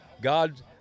God